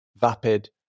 vapid